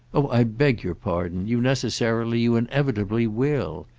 oh i beg your pardon you necessarily, you inevitably will.